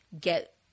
get